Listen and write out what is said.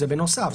זה בנוסף.